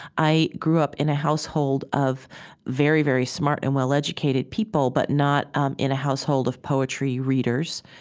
i grew up in a household of very, very smart and well-educated people, but not um in a household of poetry readers,